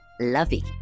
lovey